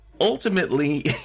ultimately